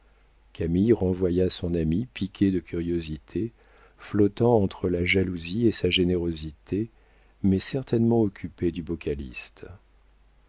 camille renvoya son amie piquée de curiosité flottant entre la jalousie et sa générosité mais certainement occupée du beau